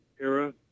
era